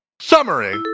Summary